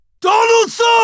Donaldson